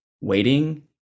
waiting